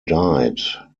died